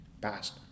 past